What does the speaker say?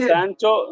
Sancho